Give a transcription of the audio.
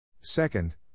Second